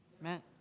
Amen